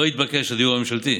לא התבקש הדיור הממשלתי.